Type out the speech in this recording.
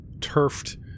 turfed